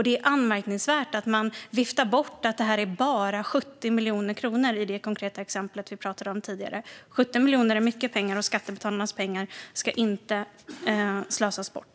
Det är anmärkningsvärt att man viftar bort de 70 miljoner kronorna i det konkreta exempel vi pratade om tidigare. 70 miljoner är mycket pengar, och skattebetalarnas pengar ska inte slösas bort.